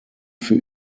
für